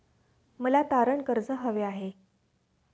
मला तारण कर्ज हवे आहे